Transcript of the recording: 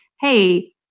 hey